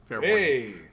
Hey